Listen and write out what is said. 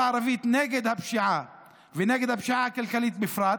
הערבית נגד הפשיעה ונגד הפשיעה הכלכלית בפרט,